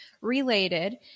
related